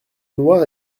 noire